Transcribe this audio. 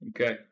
okay